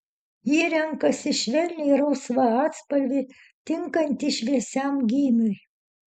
ji renkasi švelniai rausvą atspalvį tinkantį šviesiam gymiui